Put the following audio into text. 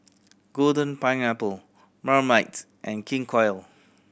Golden Pineapple Marmite and King Koil